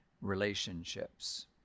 relationships